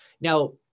Now